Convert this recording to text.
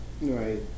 right